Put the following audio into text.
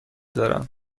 دارم